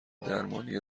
درمانی